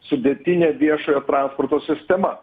sudėtinė viešojo transporto sistema